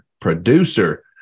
producer